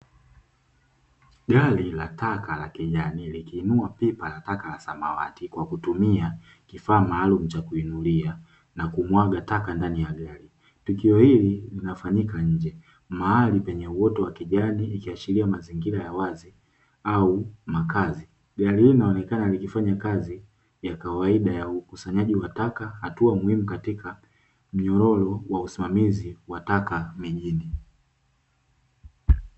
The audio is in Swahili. Gari la taka la kijani likiinua pipa nataka la samawati, kwa kutumia kifaa maalumu cha kuinulia na kumwaga taka ndani ya gari tukio hili linafanyika nje mahali penye wote wa kijani ikiashiria mazingira ya wazi au makazi. Gari hilo linaonekana likifanya kazi ya kawaida ya ukusanyaji wa taka hatua muhimu katika mnyororo wa usimamizi wa taka mijini.